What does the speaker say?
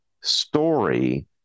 story